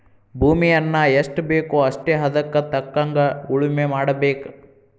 ಭೂಮಿಯನ್ನಾ ಎಷ್ಟಬೇಕೋ ಅಷ್ಟೇ ಹದಕ್ಕ ತಕ್ಕಂಗ ಉಳುಮೆ ಮಾಡಬೇಕ